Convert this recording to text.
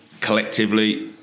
collectively